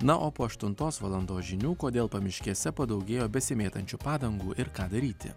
na o po aštuntos valandos žinių kodėl pamiškėse padaugėjo besimėtančių padangų ir ką daryti